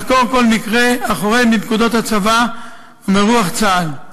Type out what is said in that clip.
לחקור כל מקרה החורג מפקודות הצבא ומרוח צה"ל.